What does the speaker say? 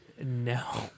No